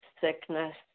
sickness